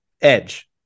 Edge